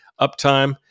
uptime